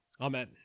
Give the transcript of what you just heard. Amen